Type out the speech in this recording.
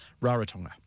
Rarotonga